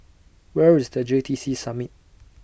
Where IS The J T C Summit